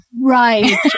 right